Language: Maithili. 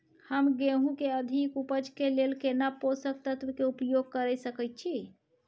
हम गेहूं के अधिक उपज के लेल केना पोषक तत्व के उपयोग करय सकेत छी?